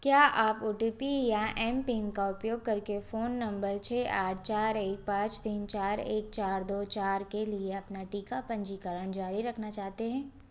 क्या आप O T P या एम पिन का उपयोग करके फ़ोन नंबर छः आठ चार एक पाँच तीन चार एक चार दो चार के लिए अपना टीका पंजीकरण जारी रखना चाहते हैं